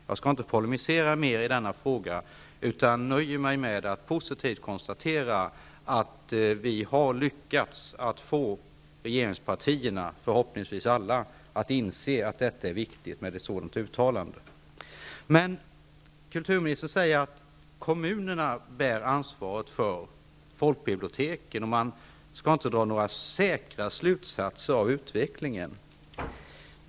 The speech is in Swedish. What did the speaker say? Jag skall inte polemisera mer i denna fråga utan nöjer mig med att konstatera som positivt att vi har lyckats att få regeringspartierna, förhoppningsvis alla, att inse att det är viktigt att riksdagen gör ett sådant uttalande. Kulturministern säger att kommunerna bär ansvaret för folkbiblioteken och att man inte kan dra några säkra slutsatser av utvecklingen.